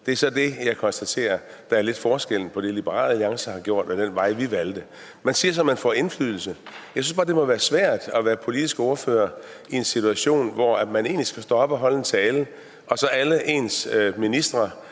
Der er så det, jeg konstaterer lidt er forskellen på det, Liberal Alliance har gjort, og den vej, vi valgte. Man siger så, at man får indflydelse. Jeg synes bare, det må være svært at være politisk ordfører i en situation, hvor man egentlig skal stå op og holde en tale og alle ens ministre,